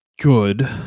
good